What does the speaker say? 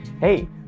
hey